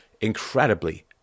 incredibly